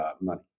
money